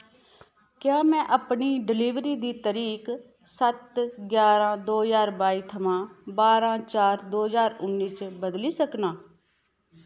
क्या में अपनी डलीवरी दी तरीक सत्त ग्यारां दो ज्हार बाई थमां बारां चार दो ज्हार उन्नी च बदली सकनां